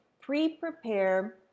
pre-prepare